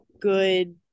good